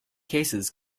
cases